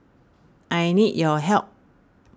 I need your help